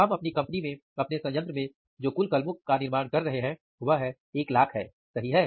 हम अपनी कंपनी में अपने संयंत्र में जो कुल कलमों का निर्माण कर रहे हैं वह एक लाख है सही है